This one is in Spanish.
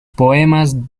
poemas